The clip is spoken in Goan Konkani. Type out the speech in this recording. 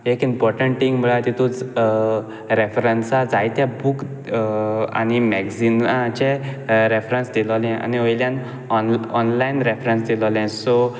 एक इमोटंट थिंग म्हणल्या तितू रेफरंसा जायते बूक आनी मॅग्झिनाचे रेफरंस दिलोले आनी वोयल्यान ऑन ऑनलायन रेफरंस दिलोले सो